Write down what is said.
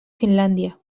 finlàndia